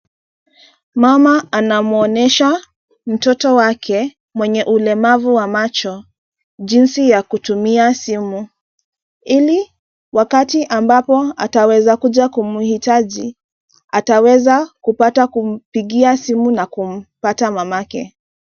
Mama anamwonyesha mtoto wake mwenye ulemavu wa macho jinsi ya kutumia simu ili wakati ambapo ataweza kuja kumihitaji ataweza kupata kumpigia simu na kumpata mamake.